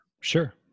Sure